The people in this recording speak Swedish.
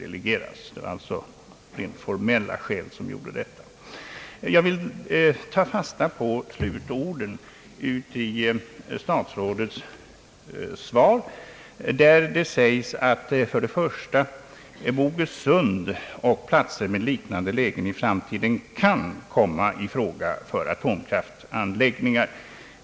delegeras till statsrådet Wickman. Jag vill ta fasta på slutorden i statsrådets svar. Där säges att »Bogesund och platser med liknande lägen i framtiden kan komma i fråga för atomkraftanläggningar».